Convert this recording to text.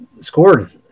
scored